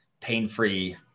Pain-free